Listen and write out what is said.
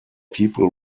people